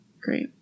Great